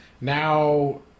Now